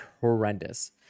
horrendous